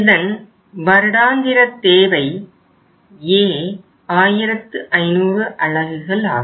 இதன் வருடாந்திர தேவை A 1500 அலகுகள் ஆகும்